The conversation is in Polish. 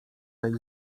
tej